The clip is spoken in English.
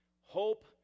hope